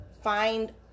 find